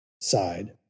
side